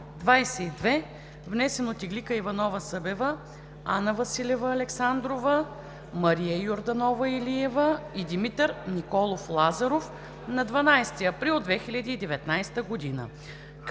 Анна Василева Александрова, Мария Йорданова Илиева и Димитър Николов Лазаров на 12 април 2019 г.,